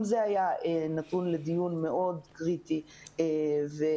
גם זה היה נתון לדיון מאוד קריטי ואנחנו